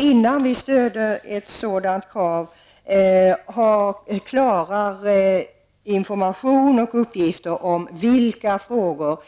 Innan vi stöder ett sådant krav vill vi ha klarare information och uppgifter om vilka frågor